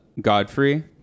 godfrey